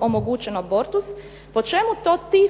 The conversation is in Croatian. omogućen abortus. Po čemu to ti